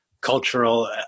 cultural